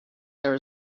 there